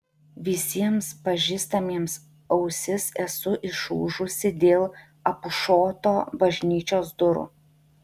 visiems pažįstamiems ausis esu išūžusi dėl apušoto bažnyčios durų